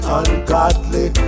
ungodly